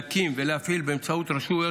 משרד הרווחה התבקש להקים ולהפעיל באמצעות רשויות